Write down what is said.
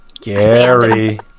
Gary